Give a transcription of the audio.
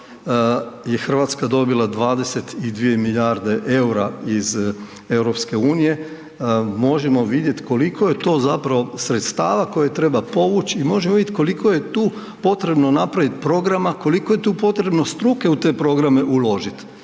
je Hrvatska dobila 22 milijarde eura iz EU, možemo vidjeti koliko je to zapravo sredstava koje treba povući i možemo vidjeti koliko je tu potrebno napraviti programa, koliko je tu potrebno struke u te programe uložiti.